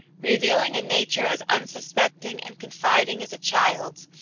revealing a nature as unsuspecting and confiding as a child's,